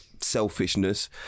selfishness